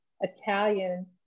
Italian